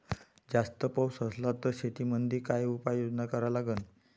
जास्त पाऊस असला त शेतीमंदी काय उपाययोजना करा लागन?